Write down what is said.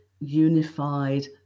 unified